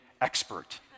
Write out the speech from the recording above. expert